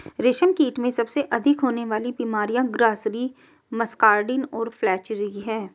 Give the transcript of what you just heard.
रेशमकीट में सबसे अधिक होने वाली बीमारियां ग्रासरी, मस्कार्डिन और फ्लैचेरी हैं